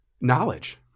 knowledge